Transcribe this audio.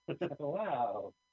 Wow